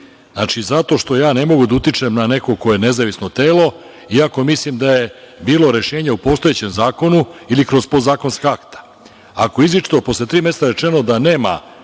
zato što ja ne mogu da utičem na nekog ko je nezavisno telo, iako mislim da je bilo rešenje o postojećem zakonu ili kroz podzakonska akta. Ako je izričito posle tri meseca rečeno da nema